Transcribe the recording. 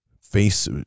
face